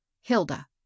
hilda